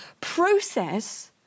process